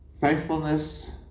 Faithfulness